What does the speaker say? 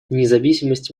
независимость